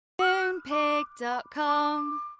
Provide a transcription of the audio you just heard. Moonpig.com